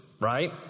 right